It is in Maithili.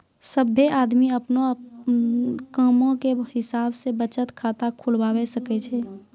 सभ्भे आदमी अपनो कामो के हिसाब से बचत खाता खुलबाबै सकै छै